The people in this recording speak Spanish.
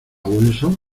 wilson